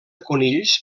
conills